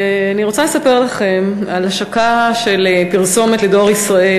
אני רוצה לספר לכם על השקה של פרסומת ל"דואר ישראל",